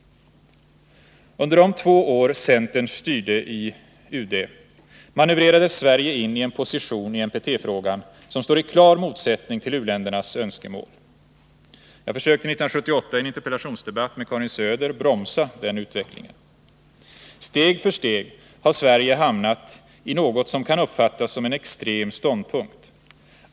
Under de två år centern styrde i UD manövrerades Sverige in i en position i NPT-frågan som står i klar motsättning till u-ländernas önskemål. Jag försökte 1978 i en interpellationsdebatt med Karin Söder att bromsa den utvecklingen. Steg för steg har Sverige hamnat i något som kan uppfattas som en extrem ståndpunkt.